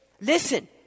Listen